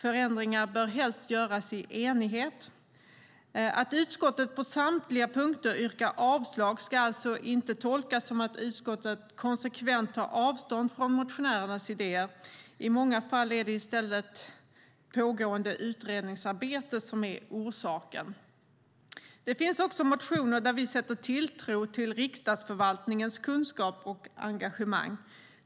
Förändringar bör helst göras i enighet. Att utskottet på samtliga punkter yrkar avslag ska alltså inte tolkas som att utskottet konsekvent tar avstånd från motionärernas idéer. I många fall är det i stället pågående utredningsarbete som är orsaken. Det finns också motioner där vi sätter tilltro till riksdagsförvaltningens kunskap och engagemang.